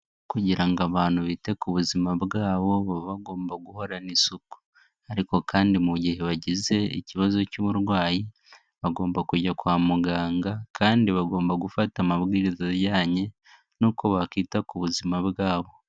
Kugira ngo abantu bite ku buzima bwabo, baba bagomba guhorana isuku. Ariko kandi mu gihe bagize ikibazo cy'uburwayi, bagomba kujya kwa muganga, kandi bagomba gufata amabwiriza ajyanye n'uko bakwita ku buzima bwabo.